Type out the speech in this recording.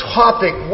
topic